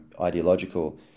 ideological